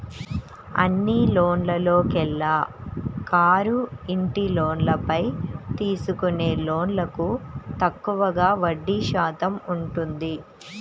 అన్ని లోన్లలోకెల్లా కారు, ఇంటి లోన్లపై తీసుకునే లోన్లకు తక్కువగా వడ్డీ శాతం ఉంటుంది